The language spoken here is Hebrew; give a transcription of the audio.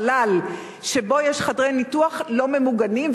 חלל שבו יש חדרי ניתוח לא ממוגנים,